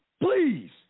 Please